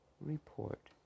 report